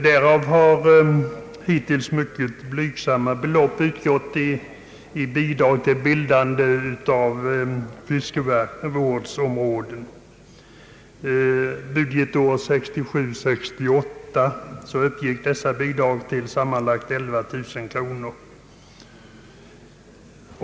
Härav har hittills mycket blygsamma belopp gått till bildande av fiskevårdsområden. Budgetåret 1967/68 var det sammanlagt 11 000 kronor.